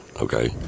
Okay